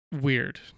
weird